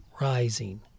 rising